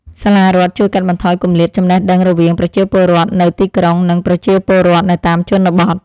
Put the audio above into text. សាលារដ្ឋជួយកាត់បន្ថយគម្លាតចំណេះដឹងរវាងប្រជាពលរដ្ឋនៅទីក្រុងនិងប្រជាពលរដ្ឋនៅតាមជនបទ។